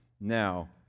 now